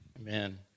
Amen